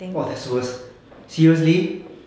!wah! that's worse seriously